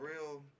real